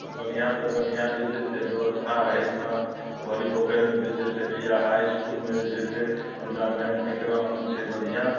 बढ़िआँसँ बढ़िआँ जे छै से व्यवस्था एहिठिना बड़ी पोखैरिमे जे छै से प्रिया हाइ इसकुलमे जे छै से टुर्नामेन्टके ग्राउण्ड छै बढ़िआँ